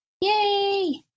Yay